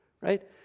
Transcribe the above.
right